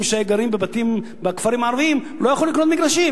שגרים בכפרים הערביים לא יכלו לקנות מגרשים,